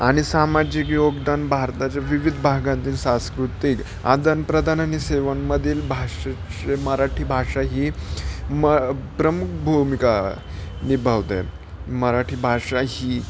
आणि सामाजिक योगदान भारताच्या विविध भागातील सांस्कृतिक आदानप्रदान आणि सेवांमधील भाषेचे मराठी भाषा ही म प्रमुख भूमिका निभावते मराठी भाषा ही